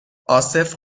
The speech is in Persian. عاصف